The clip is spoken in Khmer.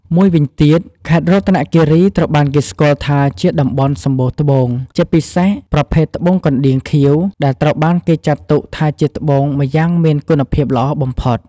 មួយវិញទៀត ខេត្តរតនគិរីត្រូវបានគេស្គាល់ថាជាតំបន់សម្បូរត្បូង ជាពិសេសប្រភេទត្បូងកណ្ដៀងខៀវ ដែលត្រូវបានគេចាត់ទុកថាជាត្បូងម្យ៉ាងមានគុណភាពល្អបំផុត។